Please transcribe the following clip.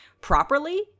properly